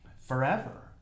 forever